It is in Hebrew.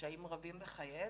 בקשיים רבים בחייהם,